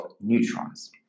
neutrons